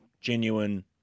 genuine